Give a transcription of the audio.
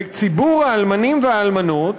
בציבור האלמנים והאלמנות